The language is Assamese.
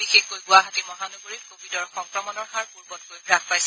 বিশেষকৈ গুৱাহাটী মহানগৰীত কভিডৰ সংক্ৰমণৰ হাৰ পূৰ্বতকৈ হ্ৰাস পাইছে